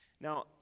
Now